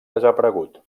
desaparegut